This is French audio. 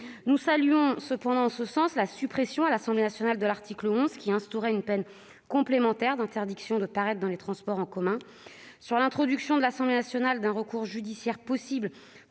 nous saluons à ce titre la suppression par l'Assemblée nationale de l'article 11, qui instaurait une peine complémentaire d'interdiction de paraître dans les transports en commun. S'agissant de l'introduction à l'Assemblée nationale d'un recours judiciaire possible